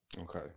Okay